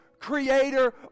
Creator